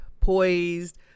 poised